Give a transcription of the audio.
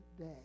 day